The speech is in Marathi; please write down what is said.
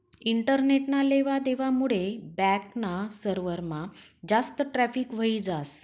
इंटरनेटना लेवा देवा मुडे बॅक ना सर्वरमा जास्त ट्रॅफिक व्हयी जास